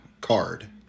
card